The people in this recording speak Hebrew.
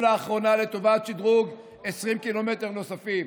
לאחרונה לטובת שדרוג 20 קילומטר נוספים.